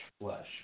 flesh